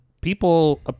people